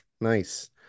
nice